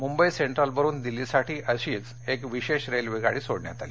मुंबई सेंट्रलवरून दिल्लीसाठी अशीच एक विशेष रेल्वेगाडी सोडण्यात आली